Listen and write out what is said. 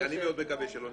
מאוד מקווה שלא נשמע את קולך.